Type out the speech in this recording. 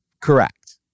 Correct